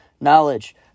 knowledge